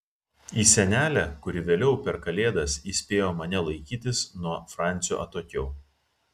į senelę kuri vėliau per kalėdas įspėjo mane laikytis nuo francio atokiau